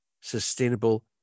sustainable